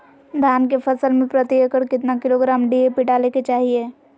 धान के फसल में प्रति एकड़ कितना किलोग्राम डी.ए.पी डाले के चाहिए?